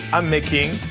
i'm making.